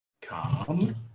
Come